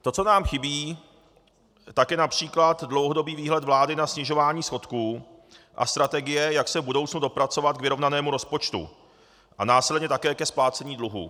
To, co nám chybí, je například dlouhodobý výhled vlády na snižování schodku a strategie, jak se v budoucnu dopracovat k vyrovnanému rozpočtu a následně také ke splácení dluhů.